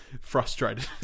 frustrated